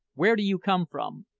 where do you come from,